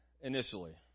Initially